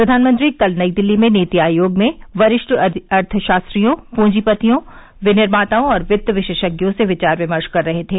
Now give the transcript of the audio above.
प्रधानमंत्री कल नई दिल्ली में नीति आयोग में वरिष्ठ अर्थशासत्रियों पूंजीपतियों विनिर्माताओं और वित्त विशेषज्ञों से विचार विमर्श कर रहे थे